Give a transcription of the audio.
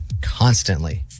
constantly